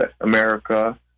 America